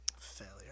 Failure